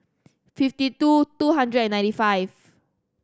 fifty two two hundred and ninety five